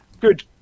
Good